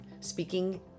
Speaking